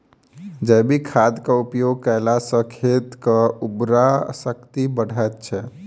जैविक खादक उपयोग कयला सॅ खेतक उर्वरा शक्ति बढ़ैत छै